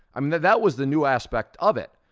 um that that was the new aspect of it,